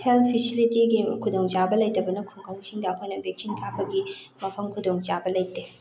health ꯐꯤꯁꯤꯂꯤꯇꯤꯒꯤ ꯈꯨꯗꯣꯡꯆꯥꯕ ꯂꯩꯇꯕꯅ ꯈꯨꯡꯒꯪꯁꯤꯡꯗ ꯑꯩꯈꯣꯏꯅ ꯚꯦꯛꯁꯤꯟ ꯀꯥꯞꯄꯒꯤ ꯃꯐꯝ ꯈꯨꯗꯣꯡꯆꯥꯕ ꯂꯩꯇꯦ